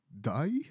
die